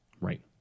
Right